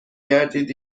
گردید